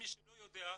למי שלא יודע,